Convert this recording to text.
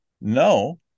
no